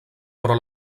però